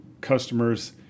customers